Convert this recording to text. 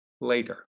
later